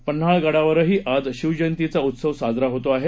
पन्हाळगडावरही आज शिवजयंतीच्या उत्सव साजरा होतो आहे